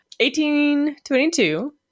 1822